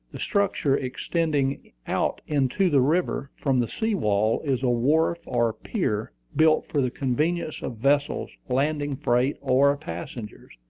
the structure extending out into the river from the sea-wall is a wharf or pier, built for the convenience of vessels landing freight or passengers.